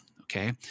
okay